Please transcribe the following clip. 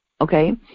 okay